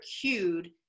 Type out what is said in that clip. cued